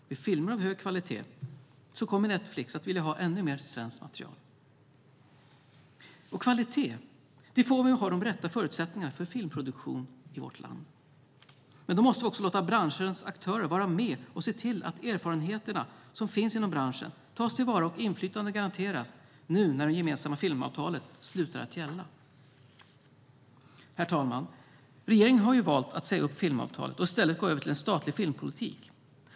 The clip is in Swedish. Med filmer av hög kvalitet kommer Netflix att vilja ha ännu mer svenskt material. Kvalitet får vi om vi har de rätta förutsättningarna för filmproduktion i vårt land. Men då måste vi också låta branschens aktörer vara med och se till att erfarenheterna som finns inom branschen tas till vara, och att inflytande garanteras nu när det gemensamma filmavtalet slutar att gälla. Herr talman! Regeringen har valt att säga upp filmavtalet och i stället gå över till en statlig filmpolitik.